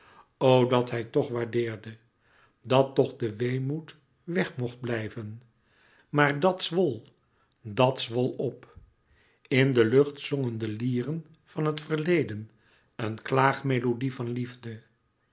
dat hij toch waardeerde dat toch de weemoed weg mocht blijven maar dat zwol dat zwol op in de lucht zongen de lieren van het verleden een klaagmelodie van liefde